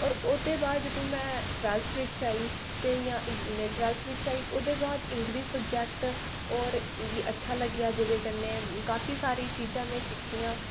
ते और ओहदे बाद में जदूं में टवैफ्ल्थ बिच्च आई ते टवैफ्ल्थ बिच आई ओह्दे बाद इंगलिश सब्जैक्ट और मिगी अच्छा लग्गेआ जेहदे कन्नै काफी सारी चीजां में सिक्खियां